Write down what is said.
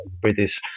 British